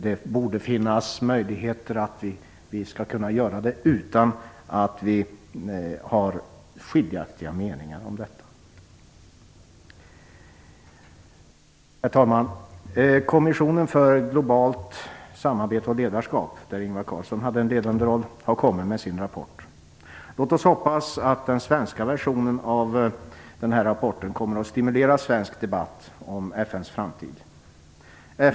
Det borde finnas möjligheter att vidta dem utan att några har skiljaktiga meningar. Herr talman! Kommissionen för globalt samarbete och ledarskap, där Ingvar Carlsson hade en ledande roll, har kommit med sin rapport. Låt oss hoppas att den svenska versionen av den här rapporten kommer att stimulera svensk debatt om FN:s framtid.